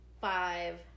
five